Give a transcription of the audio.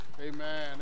Amen